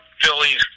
Phillies